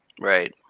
right